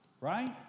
Right